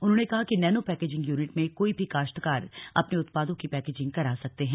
उन्होंने कहा कि नैनो पैकेजिंग यूनिट में कोई भी काश्तकार अपने उत्पादों की पैकेजिंग करा सकते हैं